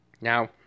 Now